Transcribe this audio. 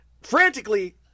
frantically